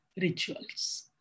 rituals